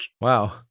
wow